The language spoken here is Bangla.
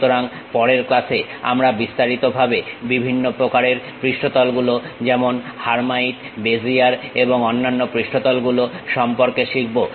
সুতরাং পরের ক্লাসে আমরা বিস্তারিতভাবে বিভিন্ন প্রকার পৃষ্ঠতল গুলো যেমন হার্মাইট বেজিয়ার এবং অন্যান্য পৃষ্ঠতল গুলো সম্পর্কে শিখব